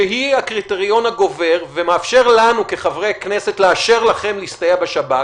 שהיא הקריטריון הגובר ומאפשר לנו כחברי כנסת לאשר לכם להסתייע בשב"כ.